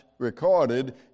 recorded